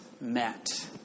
met